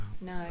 no